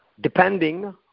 depending